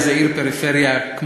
הבורסה לניירות ערך לאיזו עיר פריפריה,